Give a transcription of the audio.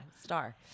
star